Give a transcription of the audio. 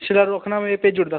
शरारू आखना में भेज्जी ओड़दा